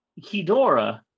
Hidora